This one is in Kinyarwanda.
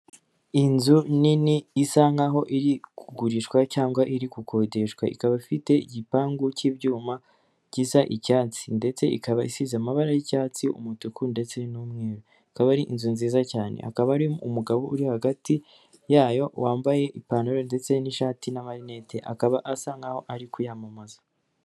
Inzu nini isa nkaho iri kugurishwa cyangwa iri gukodeshwa, ikaba ifite igipangu cy'ibyuma gisa icyasi ndetse ikaba isize amabara y'icyatsi, umutuku ndetse n'umweru, ikaba ari inzu nziza cyane, hakaba hari umugabo uri hagati yayo wambaye ipantaro ndetse n'ishati n'amarinete, akaba asa nkaho ari kuyamamaza.